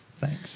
Thanks